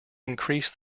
increase